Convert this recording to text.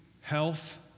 health